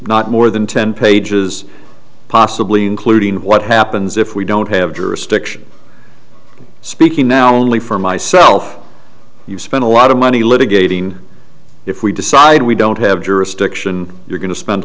not more than ten pages possibly including what happens if we don't have jurisdiction speaking now only for myself you spend a lot of money litigating if we decide we don't have jurisdiction you're going to spend a